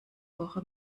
woche